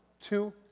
two,